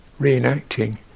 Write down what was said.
reenacting